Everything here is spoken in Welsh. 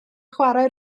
chwarae